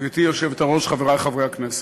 גברתי היושבת-ראש, חברי חברי הכנסת,